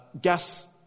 gas